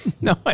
No